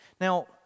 Now